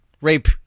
rape-